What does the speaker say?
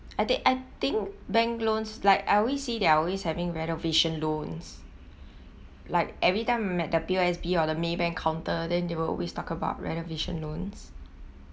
I think I think bank loans like I always see there are always having renovation loans like everytime met the P_O_S_B or the maybank counter then they will always talk about renovation loans